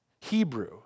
Hebrew